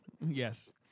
Yes